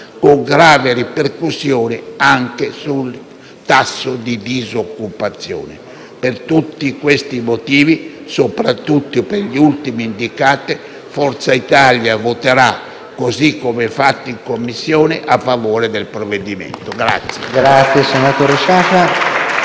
con gravi ripercussioni anche sul tasso di disoccupazione. Per tutti questi motivi, soprattutto per gli ultimi indicati, Forza Italia voterà, così come fatto in Commissione, a favore del provvedimento.